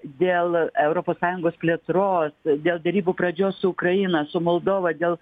dėl europos sąjungos plėtros dėl derybų pradžios su ukraina su moldova dėl